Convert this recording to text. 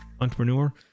entrepreneur